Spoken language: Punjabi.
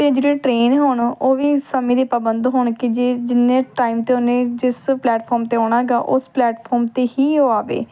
ਅਤੇ ਜਿਹੜੀ ਟ੍ਰੇਨ ਹੋੋਣ ਉਹ ਵੀ ਸਮੇਂ ਦੀਆਂ ਪਾਬੰਦ ਹੋਣ ਕਿ ਜੇ ਜਿੰਨੇ ਟਾਈਮ 'ਤੇ ਉਹਨੇ ਜਿਸ ਪਲੈਟਫੋਮ 'ਤੇ ਆਉਣਾ ਗਾ ਉਸ ਪਲੈਟਫੋਮ 'ਤੇ ਹੀ ਉਹ ਆਵੇ